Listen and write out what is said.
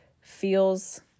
feels